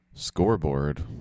Scoreboard